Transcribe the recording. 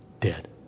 dead